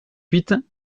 huit